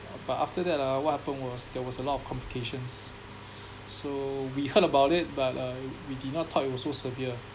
but after that ah what happened was there was a lot of complications so we heard about it but uh we did not thought it were so severe